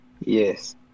Yes